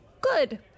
good